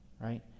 right